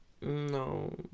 no